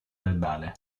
verbale